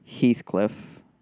Heathcliff